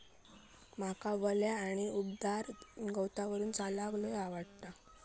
माका वल्या आणि उबदार गवतावरून चलाक लय आवडता